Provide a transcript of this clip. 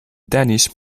danish